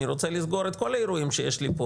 אני רוצה לסגור את כל האירועים שיש לי פה